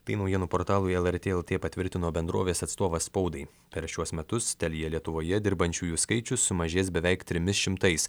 tai naujienų portalui lrt lt patvirtino bendrovės atstovas spaudai per šiuos metus telia lietuvoje dirbančiųjų skaičius sumažės beveik trimis šimtais